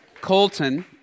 Colton